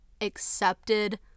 accepted